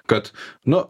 kad nu